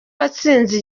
watsinze